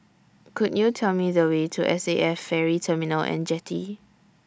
Could YOU Tell Me The Way to S A F Ferry Terminal and Jetty